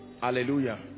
Hallelujah